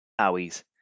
owies